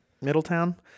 Middletown